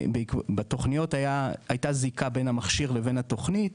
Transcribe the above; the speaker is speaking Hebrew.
בתכניות הייתה זיקה בין המכשיר לבין התוכנית,